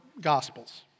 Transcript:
Gospels